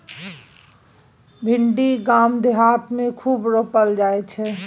भिंडी गाम देहात मे खूब रोपल जाई छै